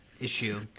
issue